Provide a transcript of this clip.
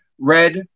red